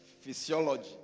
physiology